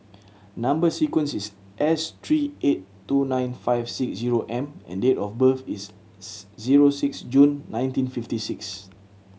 number sequence is S three eight two nine five six zero M and date of birth is zero six June nineteen fifty six